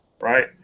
right